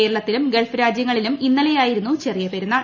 കേര്ളത്തിലും Gulf രാജ്യങ്ങളിലും ഇന്നലെയായിരുന്നു ചെടിയ് പെരുന്നാൾ